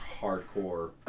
hardcore